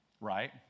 right